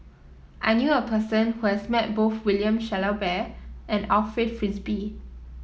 I knew a person who has met both William Shellabear and Alfred Frisby